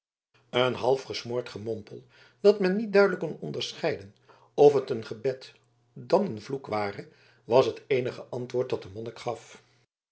een half gesmoord gemompel dat men niet duidelijk kon onderscheiden of het een gebed dan een vloek ware was het eenige antwoord dat de monnik gaf